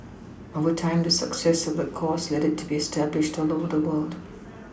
over time the success of the course led it to be established all over the world